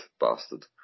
Bastard